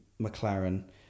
McLaren